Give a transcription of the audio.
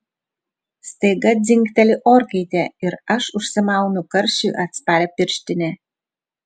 staiga dzingteli orkaitė ir aš užsimaunu karščiui atsparią pirštinę